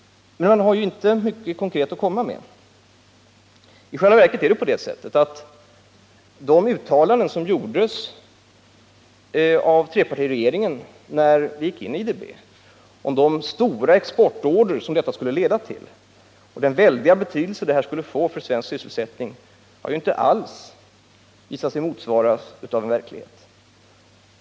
Men man har inte mycket konkret att komma med. I själva verket har de uttalanden om de stora exportorder som inträdet skulle leda till och den stora betydelse det skulle få för svensk sysselsättning som trepartiregeringen gjorde när vi gick in IDB inte alls visat sig motsvaras av en verklighet.